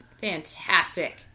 fantastic